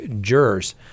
jurors